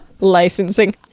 Licensing